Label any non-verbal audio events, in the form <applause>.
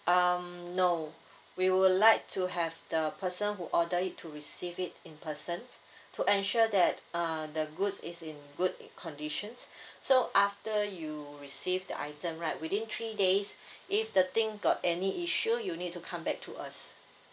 um no we would like to have the person who order it to receive it in person to ensure that uh the goods is in good conditions <breath> so after you receive the item right within three days <breath> if the thing got any issue you need to come back to us